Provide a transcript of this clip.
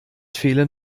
fehlen